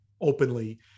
openly